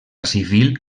civil